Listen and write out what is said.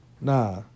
Nah